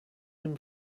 him